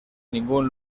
ningún